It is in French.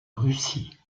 russie